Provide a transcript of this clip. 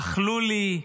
אכלו לי,